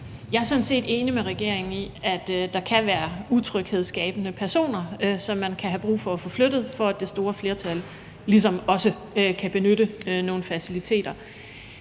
Jeg er sådan set enig med regeringen i, at der kan være utryghedsskabende personer, som man kan have brug for at få flyttet, for at det store flertal også kan benytte nogle faciliteter.